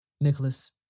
Nicholas